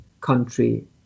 country